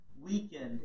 weakened